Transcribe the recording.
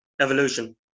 Evolution